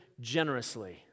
generously